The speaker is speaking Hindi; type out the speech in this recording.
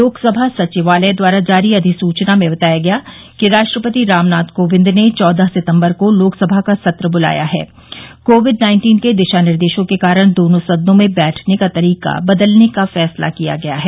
लोकसभा सचिवालय द्वारा जारी अधिसूचना में बताया गया कि राष्ट्रपति रामनाथ कोविंद ने चौदह सितम्बर को लोकसभा का सत्र ब्लाया है कोविड नाइन्टीन के दिशा निर्देशों के कारण दोनों सदनों में बैठने का तरीका बदलने का फैसला किया गया है